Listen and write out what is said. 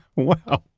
wow